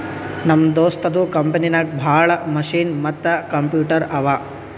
ನಮ್ ದೋಸ್ತದು ಕಂಪನಿನಾಗ್ ಭಾಳ ಮಷಿನ್ ಮತ್ತ ಕಂಪ್ಯೂಟರ್ ಅವಾ